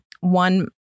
one